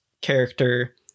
character